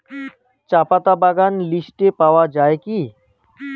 চাপাতা বাগান লিস্টে পাওয়া যায় কি?